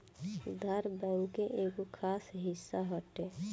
उधार, बैंक के एगो खास हिस्सा हटे